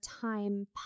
time